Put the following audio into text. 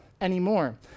anymore